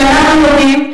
כשאנחנו יודעים,